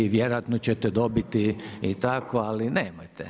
Vjerojatno ćete dobiti i tako, ali nemojte.